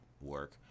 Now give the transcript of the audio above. work